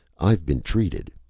ive been treated,